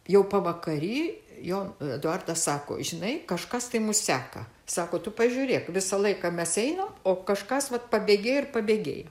jau pavakary jo eduardas sako žinai kažkas tai mus seka sako tu pažiūrėk visą laiką mes einam o kažkas vat pabėgėja ir pabėgėja